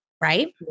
Right